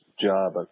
job